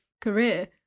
career